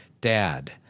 Dad